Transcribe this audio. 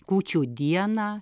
kūčių dieną